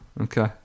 Okay